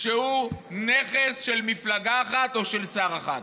שהוא נכס של מפלגה אחת או של שר אחד.